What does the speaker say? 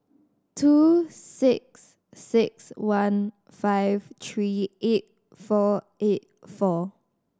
two six six one five three eight four eight four